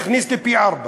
הוא הכניס לי פי-ארבעה.